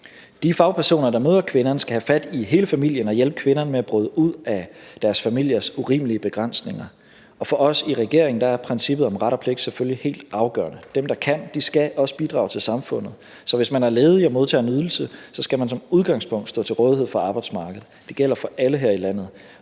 De fagpersoner, der møder kvinderne, skal have fat i hele familien og hjælpe kvinderne med at bryde ud af deres familiers urimelige begrænsninger. Og for os i regeringen er princippet om ret og pligt selvfølgelig helt afgørende. Dem, der kan, skal også bidrage til samfundet. Så hvis man er ledig og modtager en ydelse, skal man som udgangspunkt stå til rådighed for arbejdsmarkedet – det gælder for alle her i landet.